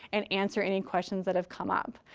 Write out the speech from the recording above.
and answer any questions that have come up.